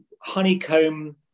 honeycomb